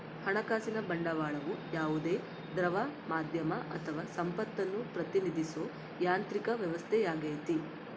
ಹಣಕಾಸಿನ ಬಂಡವಾಳವು ಯಾವುದೇ ದ್ರವ ಮಾಧ್ಯಮ ಅಥವಾ ಸಂಪತ್ತನ್ನು ಪ್ರತಿನಿಧಿಸೋ ಯಾಂತ್ರಿಕ ವ್ಯವಸ್ಥೆಯಾಗೈತಿ